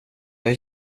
jag